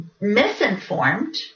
misinformed